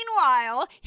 Meanwhile